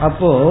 Apo